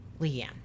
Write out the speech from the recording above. Leanne